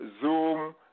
Zoom